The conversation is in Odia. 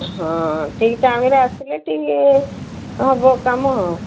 ହଁ ଠିକ୍ ଟାଇମ୍ରେ ଆସିଲେ ଟିକିଏ ହେବ କାମ ଆଉ